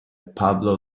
pablo